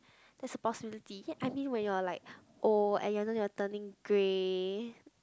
that's a possibility yet I mean when you're like old and you know you're turning grey